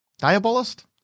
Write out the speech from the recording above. Diabolist